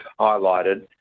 highlighted